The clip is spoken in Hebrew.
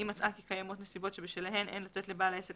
אם מצאה כי קיימות נסיבות שבשלהן אין לתת לבעל העסק